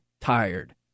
tired